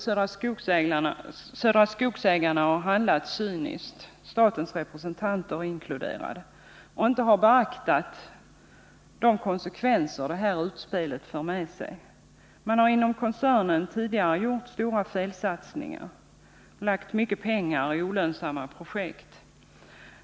Södra Skogsägarna har handlat cyniskt — statens representanter inkluderade — och har inte beaktat de konsekvenser detta utspel för med sig. Man har tidigare inom koncernen gjort stora felsatsningar och lagt ner mycket pengar i olönsamma projekt.